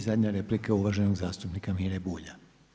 I zadnja replika, uvaženog zastupnika Mire Bulja.